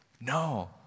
No